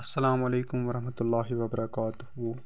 السلامُ علیکُم وَرحمتہ اللہِ وَبَرَکاتہوٗ